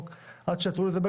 איפה תשים את האוטו?